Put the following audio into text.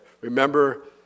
Remember